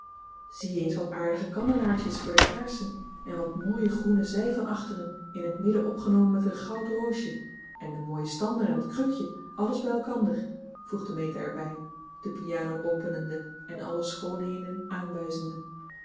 zie eens wat aardige kandelaartjes voor de kaarsen en wat mooie groene zij van achteren in het midden opgenomen met een goud roosje en de mooie stander en het krukje alles bij elkander voegde meta er bij de piano openende en alle schoonheden